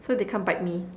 so they can't bite me